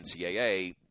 NCAA